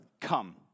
Come